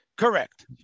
Correct